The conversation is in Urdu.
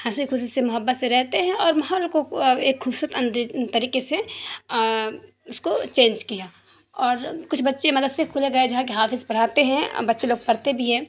ہنسی خوشی سے محبت سے رہتے ہیں اور ماحول کو ایک خوبصورت اند طریقے سے اس کو چینج کیا اور کچھ بچے مدرسے کھولے گئے جہاں کہ حافظ پڑھاتے ہیں اور بچے لوگ پڑھتے بھی ہیں